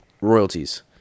royalties